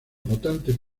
votantes